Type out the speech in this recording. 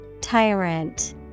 Tyrant